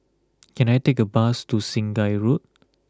can I take a bus to Sungei Road